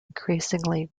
increasingly